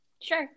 Sure